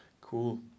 Cool